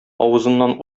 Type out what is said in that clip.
авызыннан